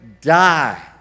die